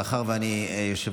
מאחר שאני היושב-ראש,